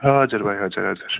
हजुर भाइ हजुर हजुर